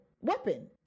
weapon